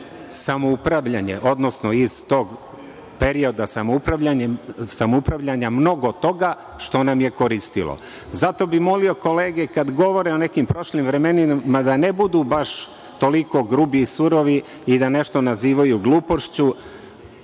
samoupravljanje, odnosno iz tog perioda samoupravljanja mnogo toga što nam je koristilo. Zato bih molio kolege kada govore o nekim prošlim vremenima da ne budu baš toliko grubi i surovi i da nešto nazivaju glupošću,